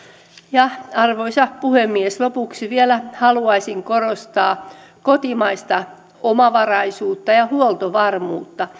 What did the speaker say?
ja arvoisa puhemies lopuksi vielä haluaisin korostaa kotimaista omavaraisuutta ja ja huoltovarmuutta